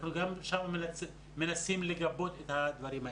אנחנו גם שם מנסים לגבות את הדברים האלה.